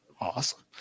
Awesome